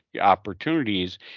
opportunities